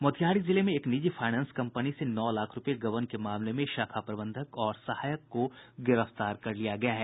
मोतिहारी जिले में एक निजी फाईनेंस कम्पनी से नौ लाख रूपये गबन के मामले में शाखा प्रबंधक और सहायक को गिरफ्तार कर लिया गया है